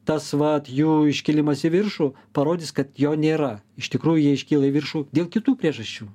tas vat jų iškilimas į viršų parodys kad jo nėra iš tikrųjų jie iškyla į viršų dėl kitų priežasčių